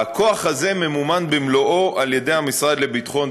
הכוח הזה ממומן במלואו על ידי המשרד לביטחון